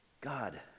God